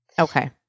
Okay